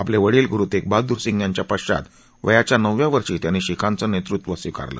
आपले वडील गुरु तेगबहादूर सिंग यांच्या पश्वात वयाच्या नवव्या वर्षी त्यांनी शिखांचं नेतृत्व स्विकारलं